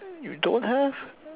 you don't have